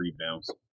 rebounds